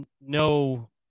no